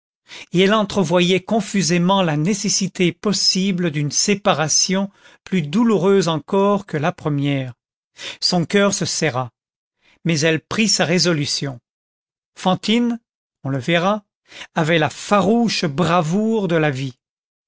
et elle entrevoyait confusément la nécessité possible d'une séparation plus douloureuse encore que la première son coeur se serra mais elle prit sa résolution fantine on le verra avait la farouche bravoure de la vie